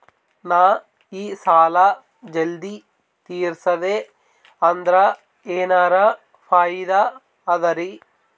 ನಾ ಈ ಸಾಲಾ ಜಲ್ದಿ ತಿರಸ್ದೆ ಅಂದ್ರ ಎನರ ಫಾಯಿದಾ ಅದರಿ?